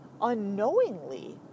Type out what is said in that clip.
unknowingly